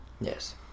Yes